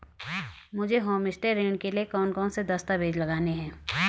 मुझे होमस्टे ऋण के लिए कौन कौनसे दस्तावेज़ लगाने होंगे?